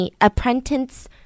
apprentice